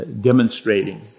demonstrating